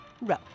row